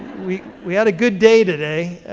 we we had a good day today.